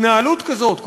התנהלות כזאת,